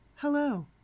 Hello